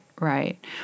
right